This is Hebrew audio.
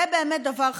זה באמת דבר חדש.